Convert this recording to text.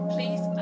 Please